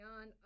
on